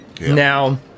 Now